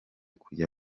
kujya